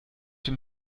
dem